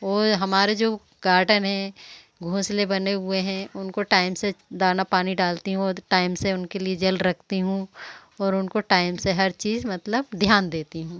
और हमारे जो गार्डन है घोंसले बने हुए हैं उनको टाइम से दाना पानी डालती हूँ और टाइम से उनके लिए जल रखती हूँ और उनको टाइम से हर चीज़ मतलब ध्यान देती हूँ